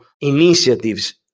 initiatives